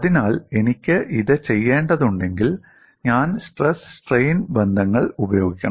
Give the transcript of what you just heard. അതിനാൽ എനിക്ക് അത് ചെയ്യേണ്ടതുണ്ടെങ്കിൽ ഞാൻ സ്ട്രെസ് സ്ട്രെയിൻ ബന്ധങ്ങൾ ഉപയോഗിക്കണം